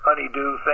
honeydew